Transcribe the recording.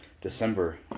December